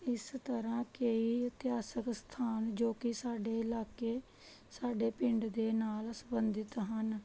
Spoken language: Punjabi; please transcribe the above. ਇਸ ਤਰ੍ਹਾਂ ਕਈ ਇਤਿਹਾਸਕ ਸਥਾਨ ਜੋ ਕਿ ਸਾਡੇ ਇਲਾਕੇ ਸਾਡੇ ਪਿੰਡ ਦੇ ਨਾਲ ਸੰਬੰਧਿਤ ਹਨ